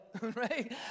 right